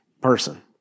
person